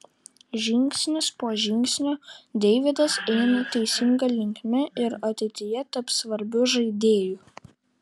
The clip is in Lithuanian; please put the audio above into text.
žingsnis po žingsnio deividas eina teisinga linkme ir ateityje taps svarbiu žaidėju